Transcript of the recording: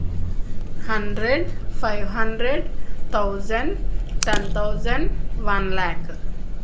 hundred five hundred thousand ten thousand one lakh